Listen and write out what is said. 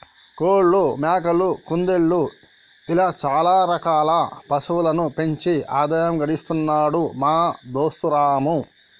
కోళ్లు మేకలు కుందేళ్లు ఇలా చాల రకాల పశువులను పెంచి ఆదాయం గడిస్తున్నాడు మా దోస్తు రాము